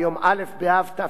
2 באוגוסט 2000,